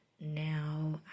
now